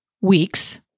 weeks